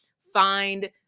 find